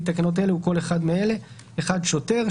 תקנות אלה הוא כל אחד מאלה: (1) שוטר,